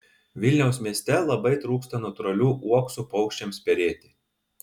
vilniaus mieste labai trūksta natūralių uoksų paukščiams perėti